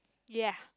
ya